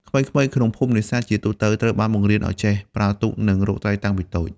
ក្មេងៗក្នុងភូមិនេសាទជាទូទៅត្រូវបានបង្រៀនឱ្យចេះ ប្រើទូក និងរកត្រីតាំងពីតូច។